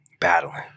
Battling